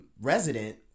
resident